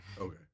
okay